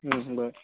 bye